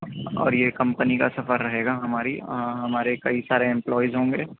اور یہ کمپنی کا سفر رہے گا ہماری ہمارے کئی سارے ایمپلائز ہوں گے